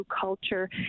culture